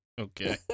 Okay